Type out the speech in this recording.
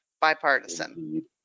Bipartisan